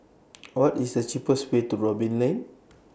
What IS The cheapest Way to Robin Lane